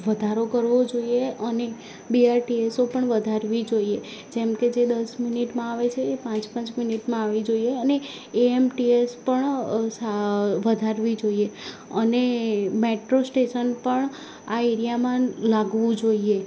વધારો કરવો જોઈએ અને બીઆરટીએસો પણ વધારવી જોઈએ જેમકે જે દસ મિનિટમાં આવે છે એ પાંચ પાંચ મિનિટમાં આવવી જોઈએ અને એએમટીએસ પણ વધારવી જોઈએ અને મેટ્રો સ્ટેશન પણ આ એરિયામાં લાગવું જોઈએ